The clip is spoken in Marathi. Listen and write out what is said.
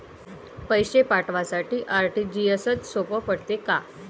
पैसे पाठवासाठी आर.टी.जी.एसचं सोप पडते का?